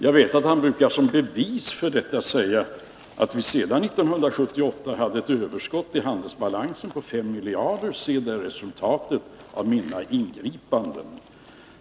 Jag vet att han brukar säga, som bevis för detta, att vi sedan 1978 hade ett överskott i handelsbalansen på 5 miljarder — ”se där resultatet av mina ingripanden!”.